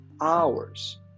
hours